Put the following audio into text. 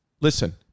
Listen